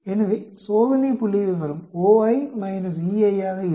எனவே சோதனை புள்ளிவிவரம் Oi Ei ஆக இருக்கும்